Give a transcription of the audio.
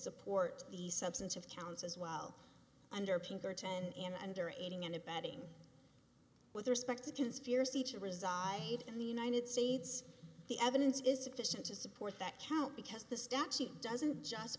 support the substance of counts as well under pinkerton and under aiding and abetting with respect to conspiracy to reside in the united states the evidence is sufficient to support that count because the statute doesn't just